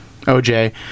OJ